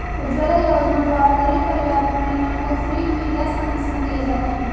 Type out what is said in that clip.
उज्जवला योजना द्वारा गरीब परिवार की महिलाओं को फ्री में गैस कनेक्शन दिए जाते है